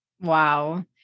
Wow